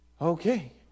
Okay